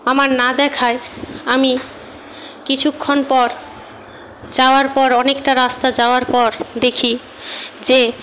আমার না দেখায় আমি কিছুক্ষণ পর যাওয়ার পর অনেকটা রাস্তা যাওয়ার পর দেখি যে